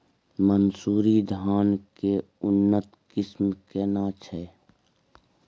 मानसुरी धान के उन्नत किस्म केना छै?